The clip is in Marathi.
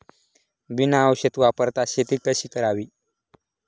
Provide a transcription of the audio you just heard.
बिना औषध वापरता शेती कशी करावी?